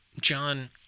John